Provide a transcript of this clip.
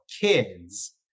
kids